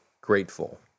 grateful